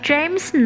James